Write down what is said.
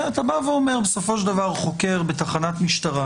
אתה אומר שבסופו של דבר חוקר בתחנת משטרה